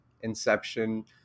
inception